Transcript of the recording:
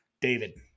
David